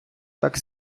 так